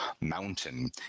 mountain